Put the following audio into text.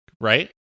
right